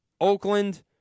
Oakland